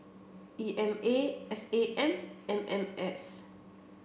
E M A S A M M M S